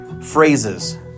Phrases